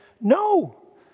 no